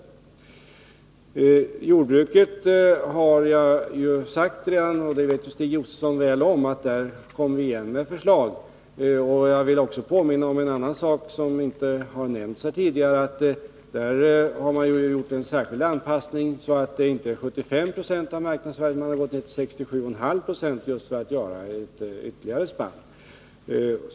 Beträffande jordbruksfastigheter har jag redan sagt — och det vet Stig Josefson väl om — att vi där kommer igen med förslag. Jag vill också påminna om en annan sak, som inte har nämnts här tidigare, nämligen att det beträffande jordbruket har gjorts en särskild anpassning — man räknar inte där med 75 90 av marknadsvärdena utan har gått ned till 67,5 96, just för att åstadkomma en viss lättnad.